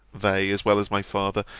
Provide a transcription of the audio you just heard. they, as well as my father,